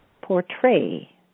portray